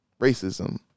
Racism